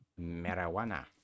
marijuana